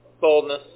Boldness